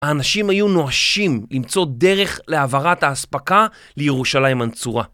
האנשים היו נואשים למצוא דרך לעברת ההספקה לירושלים הנצורה.